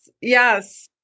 yes